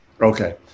Okay